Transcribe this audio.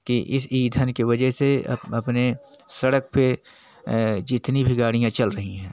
कि इस ईंधन के वजह से अप अपने सड़क पर जितनी भी गाड़ियाँ चल रही हैं